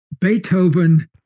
Beethoven